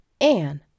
Anne